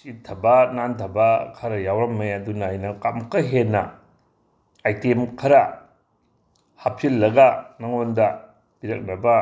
ꯆꯤꯊꯕ ꯅꯥꯟꯊꯕ ꯈꯔ ꯌꯥꯎꯔꯝꯃꯦ ꯑꯗꯨꯅ ꯑꯩꯅ ꯑꯃꯨꯛꯀ ꯍꯦꯟꯅ ꯑꯥꯏꯇꯦꯝ ꯈꯔ ꯍꯥꯞꯆꯤꯜꯂꯒ ꯅꯉꯣꯟꯗ ꯄꯤꯔꯛꯅꯕ